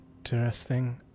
Interesting